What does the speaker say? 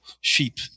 sheep